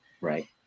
right